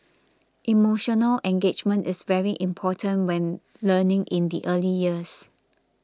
emotional engagement is very important when learning in the early years